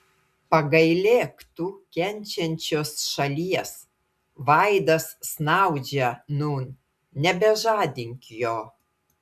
pagailėki tu kenčiančios šalies vaidas snaudžia nūn nebežadink jo